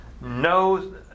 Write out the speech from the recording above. knows